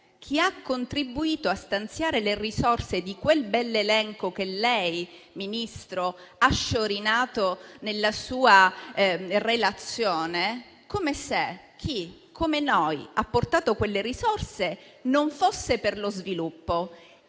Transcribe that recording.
chi ha contribuito a stanziare le risorse di quel bell'elenco che lei, Ministro, ha sciorinato nella sua relazione e chi, come noi, ha portato quelle risorse non fosse per lo sviluppo